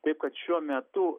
taip kad šiuo metu